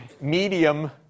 medium